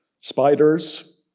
spiders